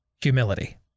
Humility